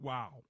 Wow